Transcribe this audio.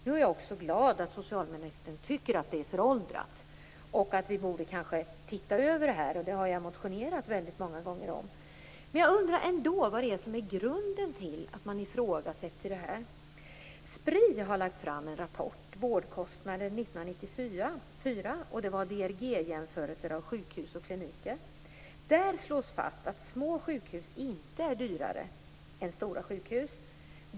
Jag är glad över att också socialministern tycker att vi har ett föråldrat system och att vi kanske borde se över det hela, vilket jag många gånger har motionerat om. Jag undrar ändå vad som är grunden till att man ifrågasätter det här. 1994, med DRG-jämförelser beträffande sjukhus och kliniker. Där slås det fast att små sjukhus inte är dyrare än stora sjukhus.